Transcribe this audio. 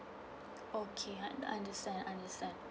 okay under~ understand understand